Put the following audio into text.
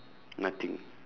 nothing